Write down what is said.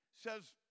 says